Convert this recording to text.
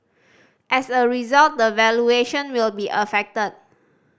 as a result the valuation will be affected